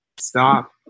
stop